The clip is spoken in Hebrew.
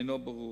אינו ברור.